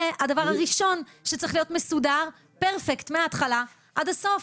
זה הדבר הראשון שצריך להיות מסודר פרפקט מההתחלה עד הסוף,